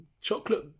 chocolate